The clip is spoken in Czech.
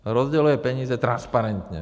Rozděluje peníze transparentně.